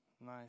nice